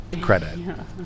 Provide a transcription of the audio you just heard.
credit